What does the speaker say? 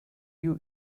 you